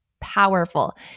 powerful